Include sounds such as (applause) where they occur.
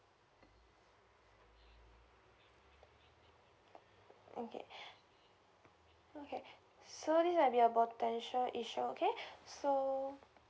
okay (breath) okay so this might be a potential issue okay (breath) so